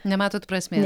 nematot prasmės